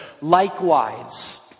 likewise